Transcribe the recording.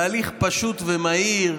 בהליך פשוט ומהיר,